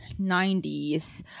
90s